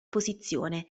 posizione